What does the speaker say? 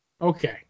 Okay